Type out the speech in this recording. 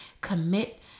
commit